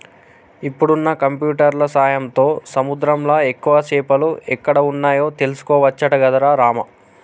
ఇప్పుడున్న కంప్యూటర్ల సాయంతో సముద్రంలా ఎక్కువ చేపలు ఎక్కడ వున్నాయో తెలుసుకోవచ్చట గదరా రామా